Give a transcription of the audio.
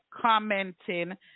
commenting